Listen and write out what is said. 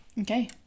Okay